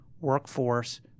workforce